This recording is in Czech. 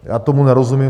Já tomu nerozumím.